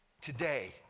Today